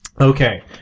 Okay